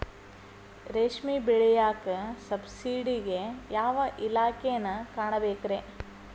ರೇಷ್ಮಿ ಬೆಳಿಯಾಕ ಸಬ್ಸಿಡಿಗೆ ಯಾವ ಇಲಾಖೆನ ಕಾಣಬೇಕ್ರೇ?